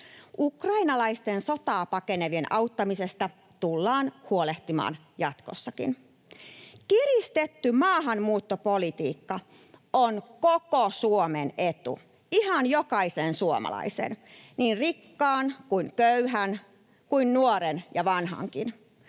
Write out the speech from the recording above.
Ukrainalaisten sotaa pakenevien auttamisesta tullaan huolehtimaan jatkossakin. Kiristetty maahanmuuttopolitiikka on koko Suomen etu ja ihan jokaisen suomalaisen, niin rikkaan kuin köyhän, nuoren ja vanhankin